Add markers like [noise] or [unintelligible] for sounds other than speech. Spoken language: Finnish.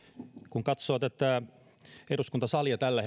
kun katsoo tätä eduskuntasalia tällä [unintelligible]